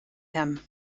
him